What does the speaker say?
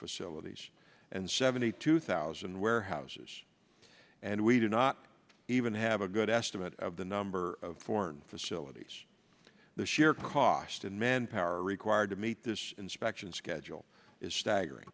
facilities and seventy two thousand warehouses and we do not even have a good estimate of the number of foreign facilities the sheer cost and manpower required to meet this inspection schedule is staggering